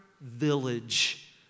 village